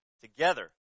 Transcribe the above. together